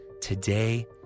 today